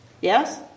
Yes